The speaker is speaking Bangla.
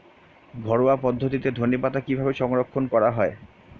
ঘরোয়া পদ্ধতিতে ধনেপাতা কিভাবে সংরক্ষণ করা হয়?